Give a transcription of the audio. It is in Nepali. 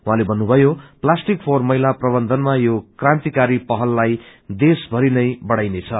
उहाँले भन्नुभयो प्लास्टीक फोहर मैला प्रबन्धनमा यो क्रान्तिकारी पहललाई देशभरिमै बढ़ाइनेछ